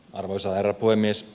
arvoisa herra puhemies